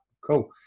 cool